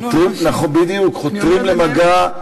בדיוק, חותרים למגע.